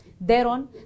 Thereon